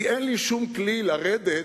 כי אין לי שום כלי לרדת